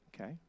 Okay